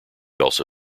also